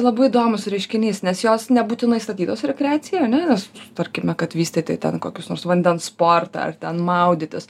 labai įdomus reiškinys nes jos nebūtinai statytos rekreacijai ane nes tarkime kad vystyti ten kokius nors vandens sportą ar ten maudytis